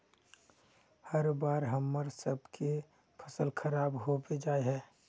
हर बार हम्मर सबके फसल खराब होबे जाए है?